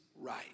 right